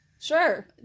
Sure